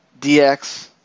DX